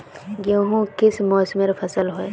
गेहूँ किस मौसमेर फसल होय?